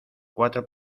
cuatro